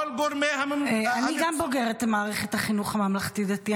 גם אני בוגרת מערכת החינוך הממלכתי-דתי.